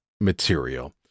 material